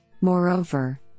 Moreover